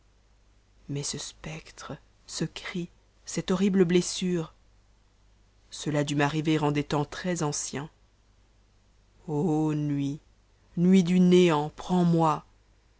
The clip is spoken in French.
l'lais ce spectre ce cri cette horr me messure ceta dut m'arriver en des temps très ancien ô nuit nuit du néant prends mot